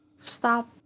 Stop